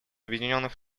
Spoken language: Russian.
объединенных